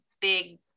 big